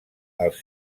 els